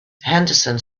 henderson